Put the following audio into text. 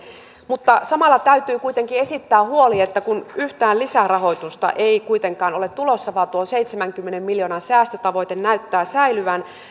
mutta samalla täytyy kuitenkin esittää huoli että kun yhtään lisärahoitusta ei kuitenkaan ole tulossa vaan tuo seitsemänkymmenen miljoonan säästötavoite näyttää säilyvän